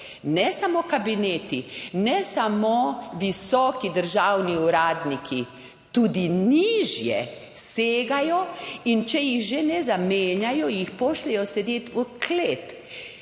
Ne samo kabineti, ne samo visoki državni uradniki, tudi nižje segajo. In če jih že ne zamenjajo, jih pošljejo sedeti v klet.